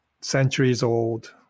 centuries-old